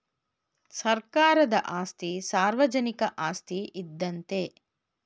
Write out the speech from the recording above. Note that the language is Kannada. ಸರ್ಕಾರದ ಆಸ್ತಿ ಸಾರ್ವಜನಿಕ ಆಸ್ತಿ ಇದ್ದಂತೆ